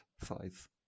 size